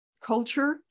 culture